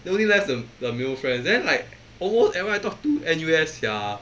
only left the the male friends then like almost everyone I talk to N_U_S sia